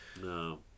no